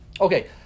Okay